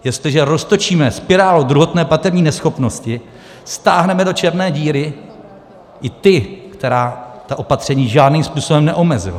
Jestliže roztočíme spirálu druhotné platební neschopnosti, stáhneme do černé díry i ty, které ta opatření žádným způsobem neomezila.